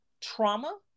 trauma